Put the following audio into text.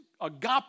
agape